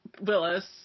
Willis